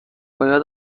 باید